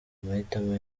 amahitamo